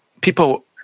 people